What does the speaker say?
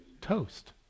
toast